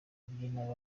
kubyina